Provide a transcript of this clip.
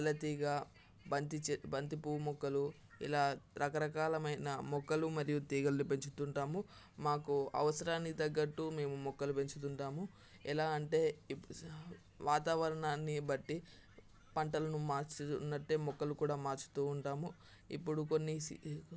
మల్లెతీగ బంతి చె బంతి పూ మొక్కలు ఇలా రకరకాలమైన మొక్కలు మరియు తీగలని పెంచుతుంటాము మాకు అవసరానికి తగ్గట్టు మేము మొక్కలు పెంచుతుంటాము ఎలా అంటే ఇప్పుడు స వాతావరణాన్ని బట్టి పంటలను మార్చుతున్నట్టే మొక్కలు కూడా మార్చుతూ ఉంటాము ఇప్పుడు కొన్ని